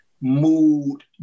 mood